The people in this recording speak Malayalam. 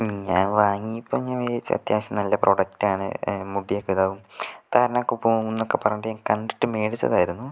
ഞാൻ വാങ്ങിയപ്പം ഞാൻ വിചാരിച്ചു അത്യാവശ്യം നല്ല പ്രൊഡക്റ്റ് ആണ് മുടിയൊക്കെ ഇതാകും താരനൊക്കെ പോക്കും എന്നൊക്കെ പറഞ്ഞിട്ട് ഞാൻ കണ്ടിട്ട് മേടിച്ചതായിരുന്നു